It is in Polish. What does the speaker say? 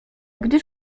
gdyż